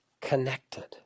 Connected